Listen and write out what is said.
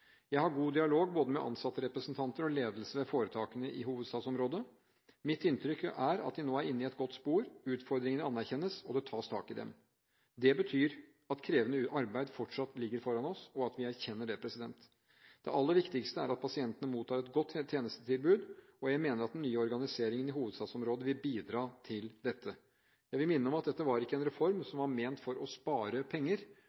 Jeg har god dialog med både ansattrepresentanter og ledelsene ved foretakene i hovedstadsområdet. Mitt inntrykk er at de nå er inne i et godt spor; utfordringene anerkjennes, og det tas tak i dem. Det betyr at krevende arbeid fortsatt ligger foran oss, og at vi erkjenner det. Det aller viktigste er at pasientene mottar et godt tjenestetilbud, og jeg mener at den nye organiseringen i hovedstadsområdet vil bidra til dette. Jeg vil minne om at dette ikke var en reform som var ment for å spare penger,